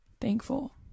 thankful